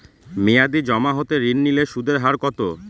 মেয়াদী জমা হতে ঋণ নিলে সুদের হার কত?